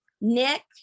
Nick